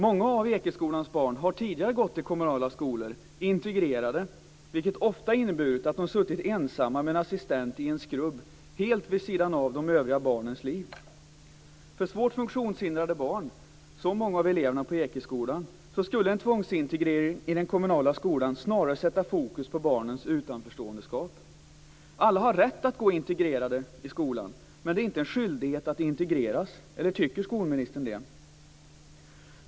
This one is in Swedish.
Många av Ekeskolans barn har tidigare gått integrerade i kommunala skolor, vilket ofta inneburit att de suttit ensamma med en assistent i skrubb helt vid sidan av de övriga barnens liv. För svårt funktionshindrade barn, som många av eleverna på Ekeskolan, skulle en tvångsintegrering i den kommunala skolan snarare sätta fokus på barnens utanförskap. Alla har rätt att gå integrerade i skolan, men det är inte en skyldighet att integreras. Eller tycker skolministern det?